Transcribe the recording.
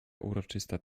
uroczysta